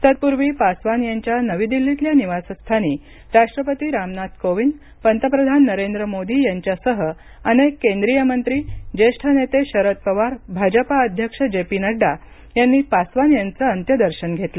तत्पूर्वी पासवान यांच्या नवी दिल्लीतल्या निवास स्थानी राष्ट्रपती रामनाथ कोविंद पंतप्रधान नरेंद्र मोदी यांच्यासह अनेक केंद्रीय मंत्री ज्येष्ठ नेते शरद पवार भाजपा अध्यक्ष जे पी नडडा यांनी पासवान यांचं अंत्यदर्शन घेतलं